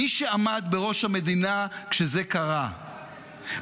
מי שעמד בראש המדינה כשזה קרה,